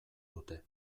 dute